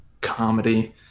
comedy